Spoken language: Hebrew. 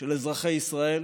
של אזרחי ישראל,